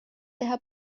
teha